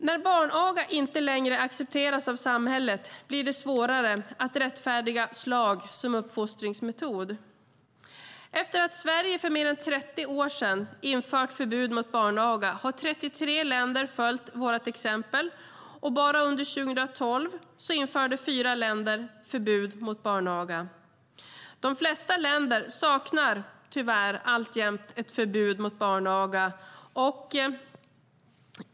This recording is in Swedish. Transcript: När barnaga inte längre accepteras av samhället blir det svårare att rättfärdiga slag som uppfostringsmetod. Efter att Sverige för mer än 30 år sedan införde förbud mot barnaga har 33 länder följt vårt exempel, och bara under 2012 införde fyra länder förbud mot barnaga. De flesta länder saknar tyvärr alltjämt ett förbud mot barnaga.